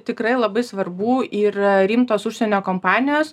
tikrai labai svarbu ir rimtos užsienio kompanijos